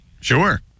Sure